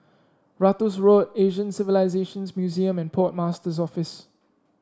Ratus Road Asian Civilisations Museum and Port Master's Office